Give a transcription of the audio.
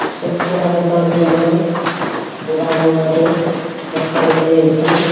ସ୍ୱଚ୍ଛ ଭାରତ ଅଭିଯାନ ଗାଁ ଗାଁ ରେ ପ୍ରସାରିତ ହେଉଛି